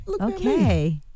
Okay